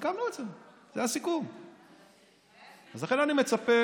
סיכמנו את זה, זה הסיכום, אז לכן אני מצפה.